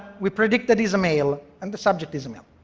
we predicted he's a male. and the subject is a male.